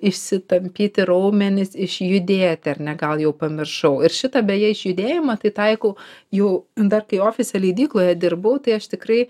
išsitampyti raumenis išjudėti ar ne gal jau pamiršau ir šitą beje šį judėjimą tai taikau jau dar kai ofise leidykloje dirbau tai aš tikrai